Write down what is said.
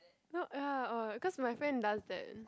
no ya orh cause my friend does that